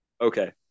Okay